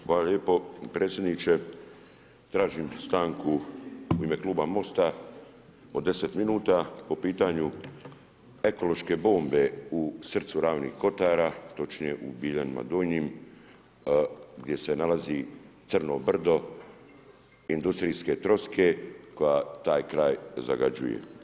Hvala lijepo predsjedniče, tražim stanku u ime Kluba Mosta, od 10 minuta, po pitanju ekološke bombe u srcu Ravnih kotara, točnije u Biljanima Donjim, gdje se nalazi crno brdo industrijske troske koja taj traj zagađuje.